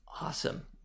Awesome